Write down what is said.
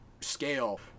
scale